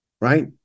right